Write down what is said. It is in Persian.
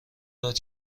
داد